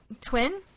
Twin